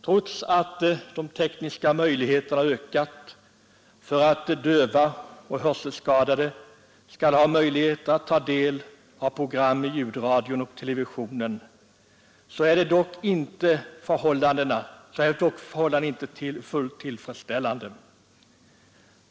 Trots att de tekniska möjligheterna har ökat för att döva och hörselskadade skall kunna ta del av program i ljudradion och televisionen, är förhållandena inte fullt tillfredsställande.